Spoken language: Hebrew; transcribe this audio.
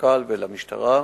למפכ"ל ולמשטרה.